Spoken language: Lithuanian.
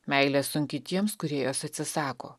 meilė sunki tiems kurie jos atsisako